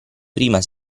prima